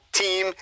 team